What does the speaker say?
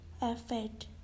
effect